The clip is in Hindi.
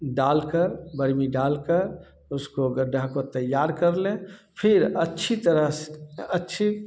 डाल कर बर्मी डाल कर उसको गड्ढा को तैयार कर लें फिर अच्छी तरह से अच्छी